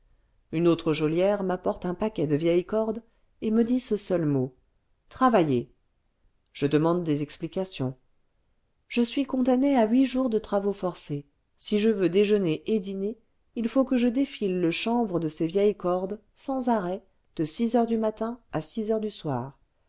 une autre geôlière m'apporte un paquet de vieilles cordes et me dit ce seul mot travaillez je demande des explications je suis condamné à huit jours de travaux forcés si je veux déjeuner et dîner il faut que je défile le chanvre de ces vieilles cordes sans arrêt de six heures du matin à six heures du soir